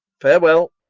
farewell.